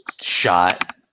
shot